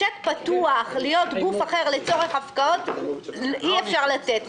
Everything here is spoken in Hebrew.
צ'ק פתוח להיות "גוף אחר" לצורך הפקעות אי אפשר לתת.